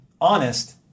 honest